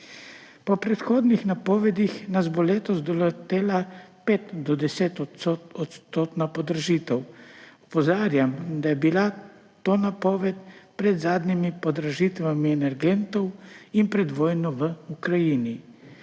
Po predhodnih napovedih nas bo letos doletela petodstotna do desetodstotna podražitev. Opozarjam, da je bila ta napoved pred zadnjimi podražitvami energentov in pred vojno v Ukrajini.